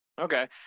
okay